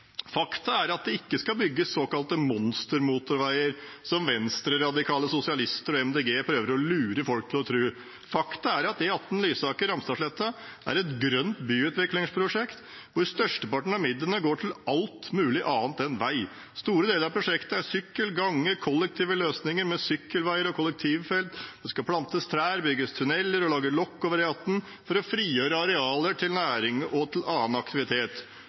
Fakta er at det ikke skal bygges såkalte monstermotorveier, som venstreradikale sosialister og Miljøpartiet De Grønne prøver å lure folk til å tro. Fakta er at E18 Lysaker–Ramstadsletta er et grønt byutviklingsprosjekt hvor størsteparten av midlene går til alt mulig annet enn vei. Store deler av prosjektet gjelder sykkel, gange og kollektive løsninger med sykkelveier og kollektivfelt. Det skal plantes trær, bygges tuneller og legges lokk over E18 for å frigjøre arealer til næring og annen aktivitet.